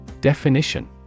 Definition